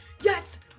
Yes